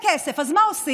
לא, את כבר הרבה מעבר לזמן.